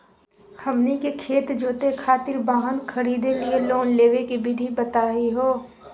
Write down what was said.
हमनी के खेत जोते खातीर वाहन खरीदे लिये लोन लेवे के विधि बताही हो?